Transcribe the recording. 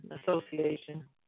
Association